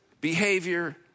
behavior